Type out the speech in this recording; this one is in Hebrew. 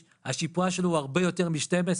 השיפוע שלו הוא הרבה יותר מ-12.